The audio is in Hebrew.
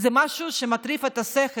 זה משהו שמטריף את השכל.